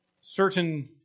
certain